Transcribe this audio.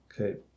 Okay